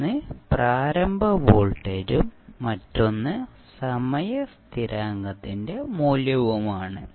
ഒന്ന് പ്രാരംഭ വോൾട്ടേജും മറ്റൊന്ന് സമയ സ്ഥിരാങ്കത്തിന്റെ മൂല്യവുമാണ്